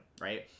right